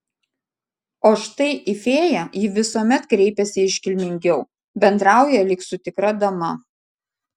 o štai į fėją ji visuomet kreipiasi iškilmingiau bendrauja lyg su tikra dama